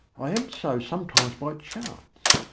i am so sometimes by chance.